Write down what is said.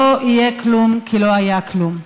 לא יהיה כלום כי לא היה כלום.